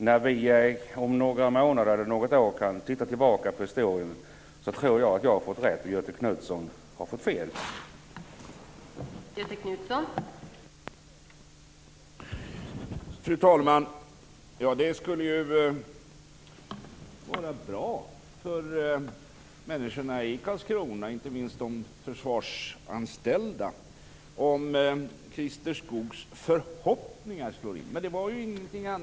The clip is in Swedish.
När vi om några månader eller något år kan titta tillbaka på historien kommer jag att ha fått rätt och Göthe Knutson att ha fått fel på den här punkten - det är jag övertygad om.